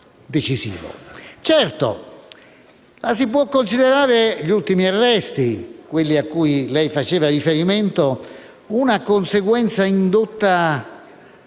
Turchia considerare gli ultimi arresti, quelli cui lei faceva riferimento, una conseguenza indotta dal tentato